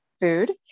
food